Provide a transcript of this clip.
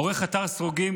עורך אתר סרוגים.